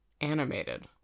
animated